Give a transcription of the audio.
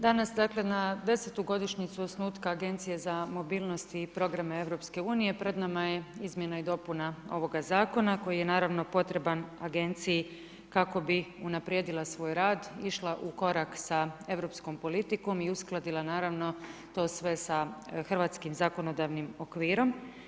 Danas dakle na 10. godišnjicu osnutka Agencije za mobilnost i programe EU-a, pred nama je izmjena i dopuna ovoga zakona koji je naravno potreban agenciji kako bi unaprijedila svoj rad, išla u korak sa europskom politikom i uskladila naravno sa hrvatskim zakonodavnim okvirom.